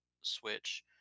Switch